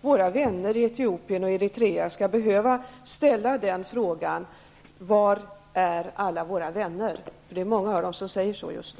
våra vänner i Etiopien och Eritrea skall behöva ställa frågan: Var finns alla våra vänner? Det är många av dem som säger så just nu.